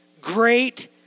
great